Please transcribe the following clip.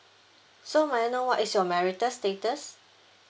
so may I know what is your marital status